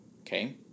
okay